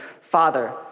father